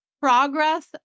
progress